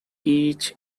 each